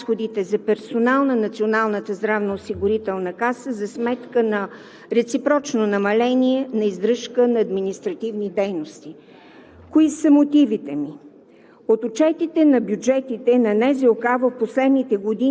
В чл. 1, ал. 2 предлагам увеличение на разходите за „Персонал“ на Националната здравноосигурителна каса за сметка на реципрочно намаление на издръжка на „Административни дейности“. Кои са мотивите ми?